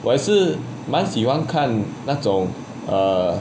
我还是满喜欢看那种 err